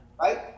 Right